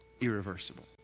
irreversible